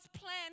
plan